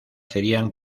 serían